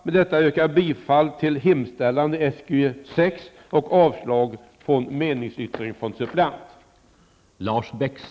Med detta yrkar jag bifall till hemställan i SkU6 och avslag på meningsyttringen från suppleant.